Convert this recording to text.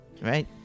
right